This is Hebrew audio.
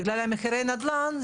בגלל מחירי הנדל"ן,